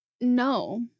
No